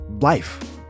life